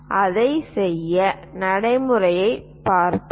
அதைச் செய்ய நடைமுறையைப் பார்ப்போம்